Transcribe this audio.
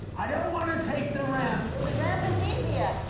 i don't want to take the ramp. well, the ramp is easier.